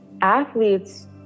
athletes